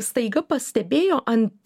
staiga pastebėjo ant